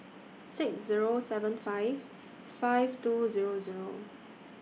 six Zero seven five five two Zero Zero